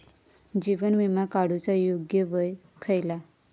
जीवन विमा काडूचा योग्य वय खयला?